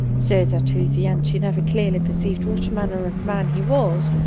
so that to the end she never clearly perceived what manner of man he was,